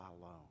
alone